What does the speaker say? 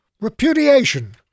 Repudiation